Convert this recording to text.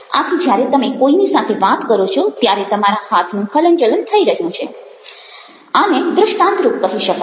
આથી જ્યારે તમે કોઈની સાથે વાત કરો છો ત્યારે તમારા હાથનું હલન ચલન થઈ રહ્યું છે આને દ્રષ્ટાન્તરૂપ કહી શકાય